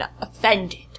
offended